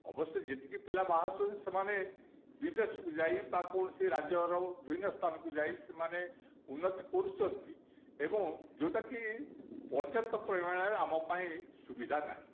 ଅବଶ୍ୟ ଯେତିକି ପିଲା ବାହରୁଛନ୍ତି ସେମାନେ ବିଦେଶକୁ ଯାଇ ରାଜ୍ୟର କୌଣସି ସ୍ଥାନକୁ ଯାଇ ସେମାନେ ଉନ୍ନତି କରୁଛନ୍ତି ଏବଂ ଯେଉଁଟାକି ପର୍ଯ୍ୟାପ୍ତ ପରିମାଣରେ ଆମ ପାଇଁ ସୁବିଧା ନାହିଁ